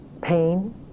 pain